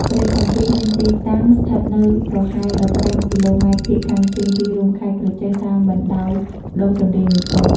ព្រែកកាំពីមានទីតាំងស្ថិតនៅប្រហែល ១៥ គីឡូម៉ែត្រភាគខាងជើងទីរួមខេត្តក្រចេះ តាមបណ្តោយដងទន្លេមេគង្គ ។